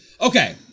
Okay